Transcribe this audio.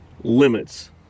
limits